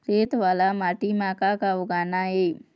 रेत वाला माटी म का का उगाना ये?